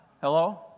Hello